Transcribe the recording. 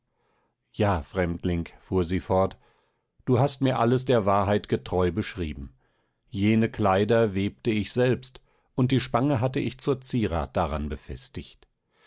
ja fremdling fuhr sie fort du hast mir alles der wahrheit getreu beschrieben jene kleider webte ich selbst und die spange hatte ich zur zierat daran befestigt